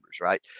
Right